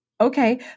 okay